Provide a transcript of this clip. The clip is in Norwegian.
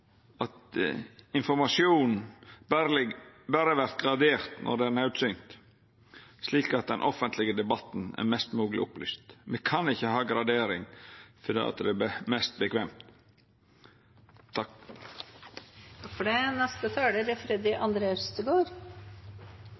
at informasjonen berre vert gradert når det er naudsynt, slik at den offentlege debatten er mest mogleg opplyst. Me kan ikkje ha gradering fordi det er mest